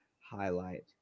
highlight